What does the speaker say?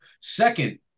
Second